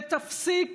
ותפסיק